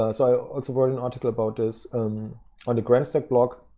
i also wrote an article about this on the grandstack blog